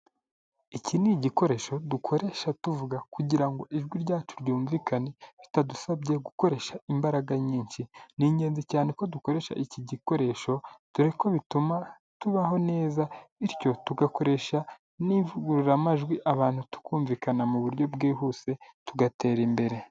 Iki ni igikoresho dukoresha tuvuga kugira ngo ijwi ryacu ryumvikane bitadusabye gukoresha imbaraga nyinshi, ni ingenzi cyane ko dukoresha iki gikoresho dore ko bituma tubaho neza, bityo tugakoresha n'ivugururamajwi abantu tukumvikana mu buryo bwihuse tugatera imbere.